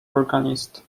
organist